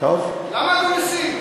למה אתה מסית?